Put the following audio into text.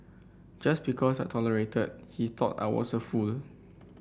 just because I tolerated he thought I was a fool